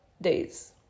days